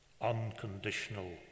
unconditional